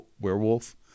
werewolf